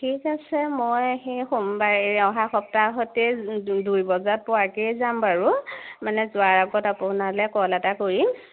ঠিক আছে মই সেই সোমবাৰে অহা সপ্তাহতেই দুই দুই বজাত পোৱাকৈয়ে যাম বাৰু মানে যোৱাৰ আগত আপোনালৈ কল এটা কৰিম